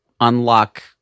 unlock